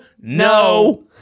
No